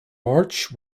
march